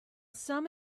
some